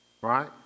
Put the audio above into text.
Right